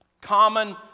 Common